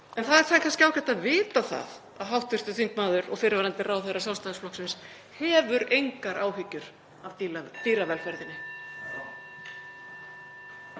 en það er kannski ágætt að vita það að hv. þingmaður og fyrrverandi ráðherra Sjálfstæðisflokksins hefur engar áhyggjur af dýravelferðinni.